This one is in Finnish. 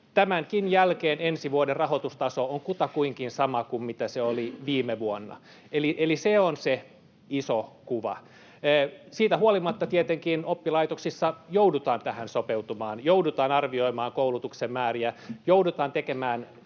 Tämänkin jälkeen ensi vuoden rahoitustaso on kutakuinkin sama kuin se oli viime vuonna. Eli se on se iso kuva. Siitä huolimatta tietenkin oppilaitoksissa joudutaan tähän sopeutumaan: joudutaan arvioimaan koulutuksen määriä, joudutaan tekemään